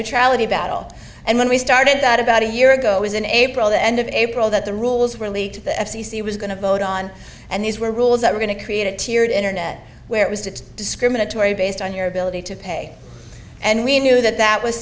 neutrality battle and when we started that about a year ago it was in april the end of april that the rules were leaked the f c c was going to vote on and these were rules that were going to create a tiered internet where it was to discriminatory based on your ability to pay and we knew that that was